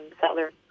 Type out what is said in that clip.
settler